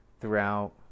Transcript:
throughout